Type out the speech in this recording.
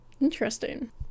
interesting